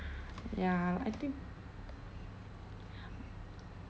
ya I think